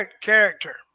Character